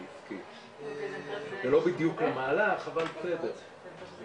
הכנסת היא מקום שלא הכל קורה בו בקצב שאנחנו רוצים,